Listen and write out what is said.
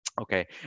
Okay